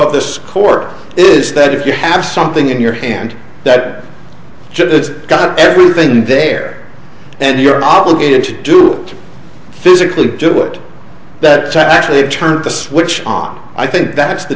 the score is that if you have something in your hand that just got everything in there and you're obligated to do it physically do it that's actually a turn the switch on i think that's the